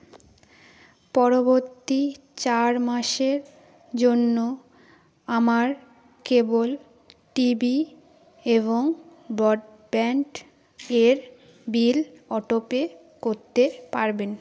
পরবর্তী চার মাসের জন্য আমার কেবল টিভি এবং ব্রডব্যান্ড এর বিল অটোপে করতে পারবেন